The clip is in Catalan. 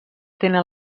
tenen